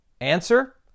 Answer